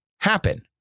happen